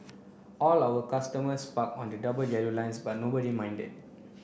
all our customers parked on the double yellow lines but nobody minded